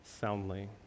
soundly